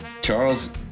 Charles